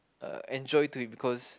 uh enjoy to it because